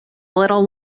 little